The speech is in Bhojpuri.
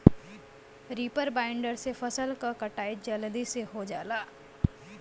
रीपर बाइंडर से फसल क कटाई जलदी से हो जाला